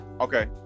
Okay